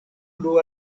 plu